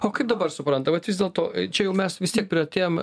o kaip dabar supranta vat vis dėlto čia jau mes vis tiek priartėjome